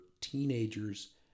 teenagers